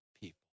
people